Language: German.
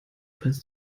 falls